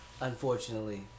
Unfortunately